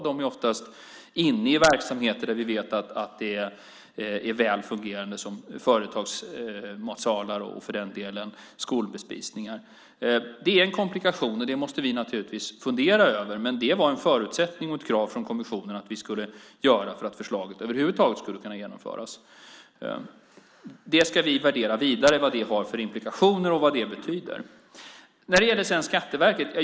De är oftast inne i verksamheter där vi vet att det är väl fungerande företagsmatsalar och skolbespisningar. Det är en komplikation, och det måste vi naturligtvis fundera över. Det var en förutsättning och ett krav från kommissionen för att förslaget över huvud taget skulle kunna genomföras. Vi ska värdera vidare vilka implikationer det har och vad det betyder.